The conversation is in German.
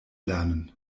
lernen